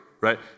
right